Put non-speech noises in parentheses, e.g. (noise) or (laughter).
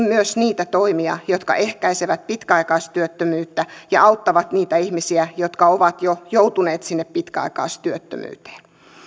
(unintelligible) myös niitä toimia jotka ehkäisevät pitkäaikaistyöttömyyttä ja auttavat niitä ihmisiä jotka ovat jo joutuneet sinne pitkäaikaistyöttömyyteen